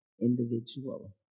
individual